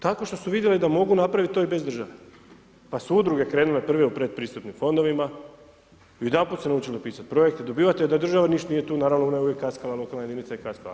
Tako što su vidjeli da mogu napraviti to i bez države, pa su udruge krenule prve u predpristupnim fondovima, odjedanput su naučili pisati projekte, dobivati, a da država ništa nije tu, naravno, ona je uvijek kaskala, lokalna jedinica je kaskala.